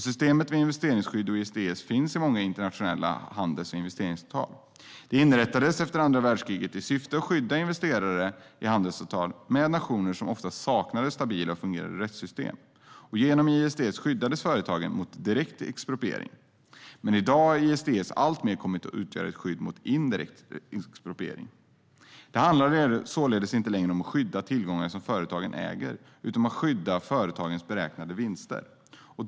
Systemet med investeringsskydd och ISDS finns i många internationella handels och investeringsavtal. Det inrättades efter andra världskriget i syfte att skydda investerare i handelsavtal med nationer som saknade stabila och fungerande rättssystem. Genom ISDS skyddades företagen mot direkt expropriering. I dag har ISDS dock alltmer kommit att utgöra ett skydd mot indirekt expropriering. Det handlar således inte längre om att skydda tillgångar som företagen äger utan om att skydda företagens beräknade vinster.